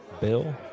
Bill